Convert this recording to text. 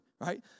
right